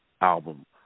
album